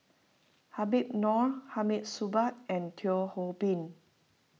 Habib Noh Hamid Supaat and Teo Ho Pin